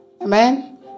Amen